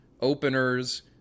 openers